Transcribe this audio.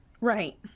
Right